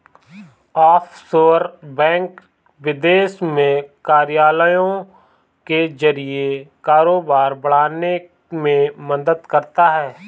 offshore bank विदेश में कार्यालयों के जरिए कारोबार बढ़ाने में मदद करता है